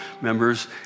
members